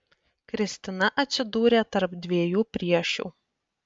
kristina atsidūrė tarp dviejų priešių